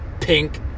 Pink